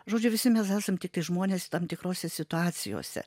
žodžiu visi mes esam tiktai žmonės tam tikrose situacijose